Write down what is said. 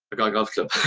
got a golf club.